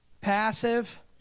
Passive